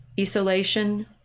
Isolation